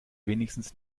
wenigstens